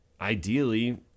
ideally